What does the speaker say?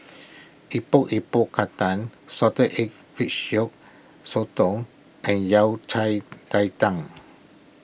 Epok Epok Kentang Salted Egg Fish Yolk Sotong and Yao Cai Tang